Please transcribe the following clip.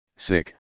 Sick